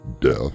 death